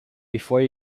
before